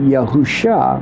Yahusha